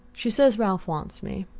she says ralph wants me.